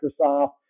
Microsoft